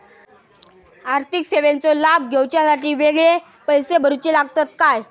आर्थिक सेवेंचो लाभ घेवच्यासाठी वेगळे पैसे भरुचे लागतत काय?